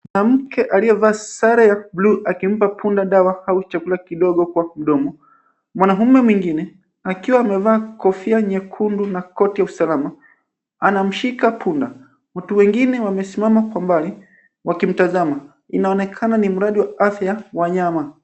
Mwanamke aliyevaa sare ya bluu akimpa punda dawa au chakula kidogo kwa mdomo. Mwanamume mwingine akiwa amevaa kofia nyekundu na koti ya usalama, anamshika punda. Watu wengine wamesimama kwa mbali wakimtazama. Inaonekana ni mradi wa afya wanyama.